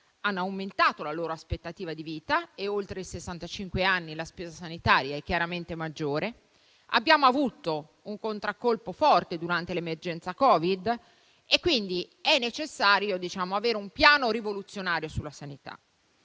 hanno aumentato la loro aspettativa di vita (e oltre i sessantacinque anni la spesa sanitaria è chiaramente maggiore); abbiamo subito un contraccolpo forte durante l'emergenza Covid, per cui è necessario avere un piano rivoluzionario sulla sanità,